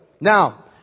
Now